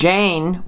Jane